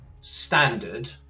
standard